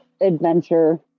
adventure